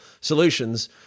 solutions